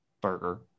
burger